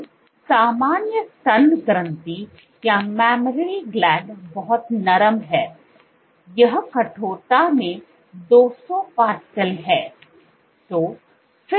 तो सामान्य स्तन ग्रंथि बहुत नरम है यह कठोरता में 200 पास्कल है